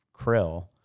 krill